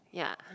yea